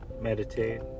meditate